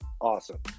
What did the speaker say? Awesome